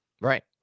Right